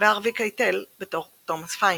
והארווי קייטל בתור תומאס פיין.